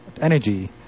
energy